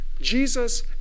Jesus